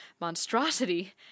monstrosity